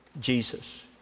Jesus